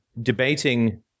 debating